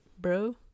bro